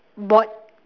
board